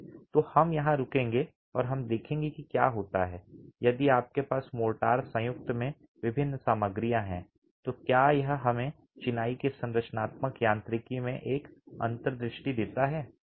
तो हम यहां रुकेंगे और हम देखेंगे कि क्या होता है यदि आपके पास मोर्टार संयुक्त में विभिन्न सामग्रियां हैं तो क्या यह हमें चिनाई के संरचनात्मक यांत्रिकी में एक अंतर्दृष्टि देता है